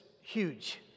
huge